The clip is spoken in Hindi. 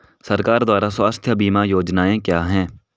सरकार द्वारा स्वास्थ्य बीमा योजनाएं क्या हैं?